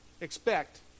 expect